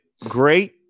great